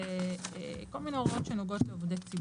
וכל מיני הוראות שנוגעות לעובדי ציבור.